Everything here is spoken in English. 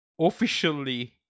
officially